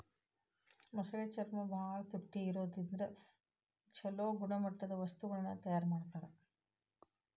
ಮೊಸಳೆ ಚರ್ಮ ಬಾಳ ತುಟ್ಟಿ ಇರೋದ್ರಿಂದ ಚೊಲೋ ಗುಣಮಟ್ಟದ ವಸ್ತುಗಳನ್ನ ತಯಾರ್ ಮಾಡ್ತಾರ